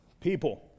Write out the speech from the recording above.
people